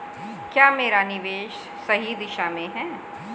क्या मेरा निवेश सही दिशा में है?